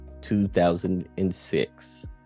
2006